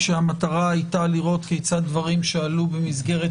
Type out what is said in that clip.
כשהמטרה לראות כיצד דברים שעלו במסגרת